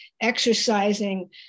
exercising